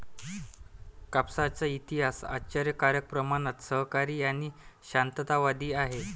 कापसाचा इतिहास आश्चर्यकारक प्रमाणात सहकारी आणि शांततावादी आहे